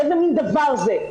איזה מן דבר זה?